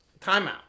timeout